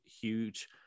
huge